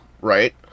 right